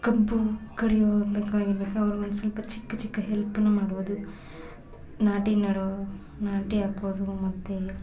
ಕಬ್ಬು ಕಡಿಯೋ ಅವ್ರ್ಗೊಂದು ಸ್ವಲ್ಪ ಚಿಕ್ಕ ಚಿಕ್ಕ ಹೆಲ್ಪನ್ನು ಮಾಡೋದು ನಾಟಿ ನೆಡೋ ನಾಟಿ ಹಾಕೋದು ಮತ್ತು